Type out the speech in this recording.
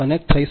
3 p